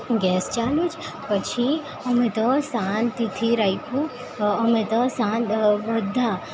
gas ચાલુ જ પછી અમે તો શાંતિથી રાયખું અમે તો બધા